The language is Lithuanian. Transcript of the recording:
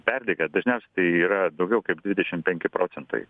perdegę dažniausiai tai yra daugiau kaip dvidešim penki procentai